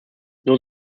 nur